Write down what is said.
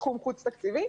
סכום חוץ-תקציבי,